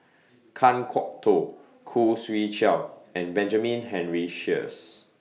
Kan Kwok Toh Khoo Swee Chiow and Benjamin Henry Sheares